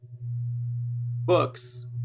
books